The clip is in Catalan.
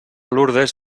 lourdes